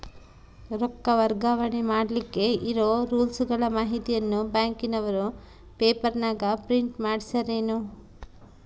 ರೊಕ್ಕ ವರ್ಗಾವಣೆ ಮಾಡಿಲಿಕ್ಕೆ ಇರೋ ರೂಲ್ಸುಗಳ ಮಾಹಿತಿಯನ್ನ ಬ್ಯಾಂಕಿನವರು ಪೇಪರನಾಗ ಪ್ರಿಂಟ್ ಮಾಡಿಸ್ಯಾರೇನು?